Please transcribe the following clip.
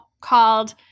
called